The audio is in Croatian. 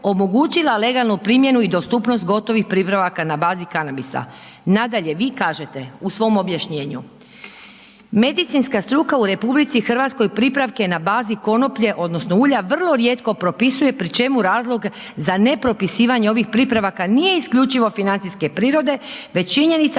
omogućila legalnu primjenu i dostupnost gotovih pripravaka na bazi kanabisa. Nadalje, vi kažete u svom objašnjenju medicinska struka u RH pripravke na bazi konoplje odnosno ulja vrlo rijetko propisuje pri čemu razlog za nepropisivanje ovih pripravaka nije isključivo financijske prirode već činjenica